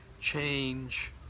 change